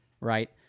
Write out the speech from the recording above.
right